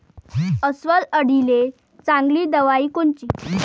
अस्वल अळीले चांगली दवाई कोनची?